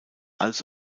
als